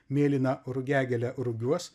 mėlyna rugiagėle rugiuos